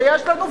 שיש לנו,